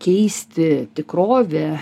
keisti tikrovę